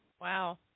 Wow